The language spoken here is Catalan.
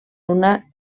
una